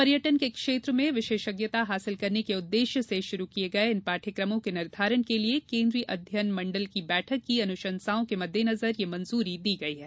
पर्यटन के क्षेत्र में विशेषज्ञता हासिल करने के उद्देश्य से शुरू किए गए इन पाठ्यक्रमों के निर्धारण के लिए केन्द्रीय अध्ययन मंडल की बैठक की अनुसंशाओं के मद्देनजर यह मंजूरी दी गयी है